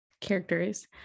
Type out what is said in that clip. characters